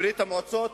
בברית-המועצות,